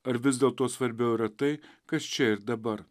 ar vis dėlto svarbiau yra tai kas čia ir dabar